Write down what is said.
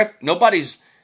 nobody's